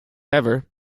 ever